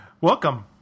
Welcome